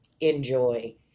enjoy